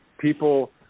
people